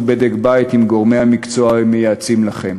בדק-בית עם גורמי המקצוע המייעצים לכם